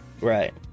right